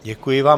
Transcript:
Děkuji vám.